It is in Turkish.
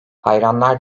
hayranlar